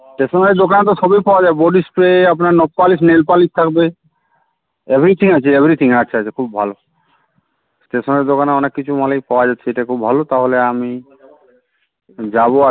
stationery দোকানে তো সবই পাওয়া যায় বডি স্প্রে আপনার নখ পালিশ নেলপলিশ থাকবে এভরিথিং আছে এভরিথিং আচ্ছা আচ্ছা খুব ভালো স্টেশনারি দোকানে অনেক কিছু মালই পাওয়া যাচ্ছে এটাই খুব ভালো তাহলে আমি যাবো আর